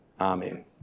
Amen